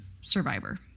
survivor